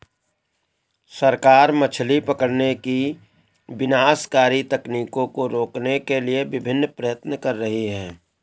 सरकार मछली पकड़ने की विनाशकारी तकनीकों को रोकने के लिए विभिन्न प्रयत्न कर रही है